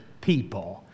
people